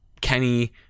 Kenny